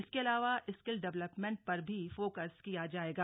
इसके अलावा skill development पर भी फोकस किया जाएगा